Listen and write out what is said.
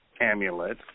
amulet